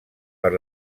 per